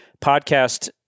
podcast